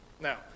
Now